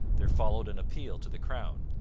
there followed an appeal to the crown,